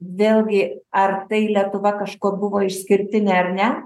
vėlgi ar tai lietuva kažkuo buvo išskirtinė ar ne